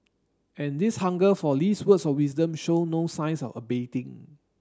and this hunger for Lee's words of wisdom show no signs of abating